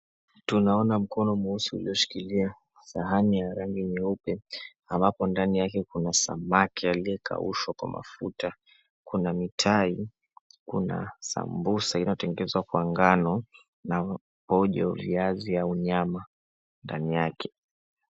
Tunaona mkono mweusi umeshikilia sahani ya rangi nyeupe. Ambapo ndani yake kuna samaki aliyekaushwa kwa mafuta, kuna mitai. Kuna sambusa iliyotengenezwa kwa ngano na pojo, viazi au nyama ndani yake.